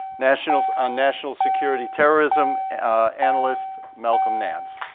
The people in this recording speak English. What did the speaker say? national ah national security terrorism analyst, malcolm nance.